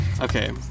Okay